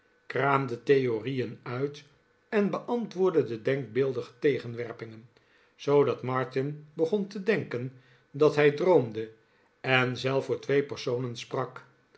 dan de vorige kraamde theorieen uit en beantwoordde de denkbeeldige tegenwerpingen zoodat martin begon te denken dat hij droomde en zelf voor twee personen sprak